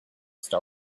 star